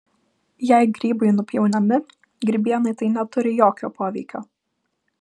jei grybai nupjaunami grybienai tai neturi jokio poveikio